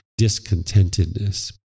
discontentedness